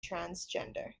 transgender